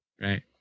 Right